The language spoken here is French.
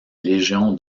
légion